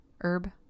herb